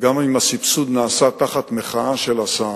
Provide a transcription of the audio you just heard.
וגם אם הסבסוד נעשה תחת מחאה של השר,